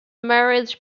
marriage